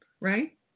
right